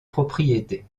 propriété